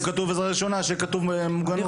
אם כתוב: "עזרה ראשונה" שיהיה כתוב: "מוגנות".